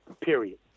period